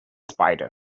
spider